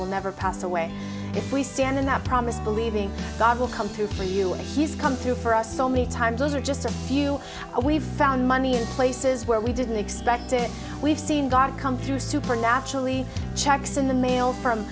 will never pass away if we stand in that promise believing god will come through for you and he's come through for us so many times those are just a few we've found money and places where we didn't expect it we've seen god come through supernaturally checks in the mail from